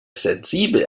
sensibel